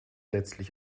letztlich